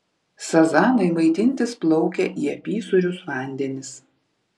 sazanai maitintis plaukia į apysūrius vandenis